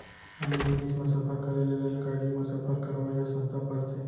आने जिनिस म सफर करे ले रेलगाड़ी म सफर करवाइ ह सस्ता परथे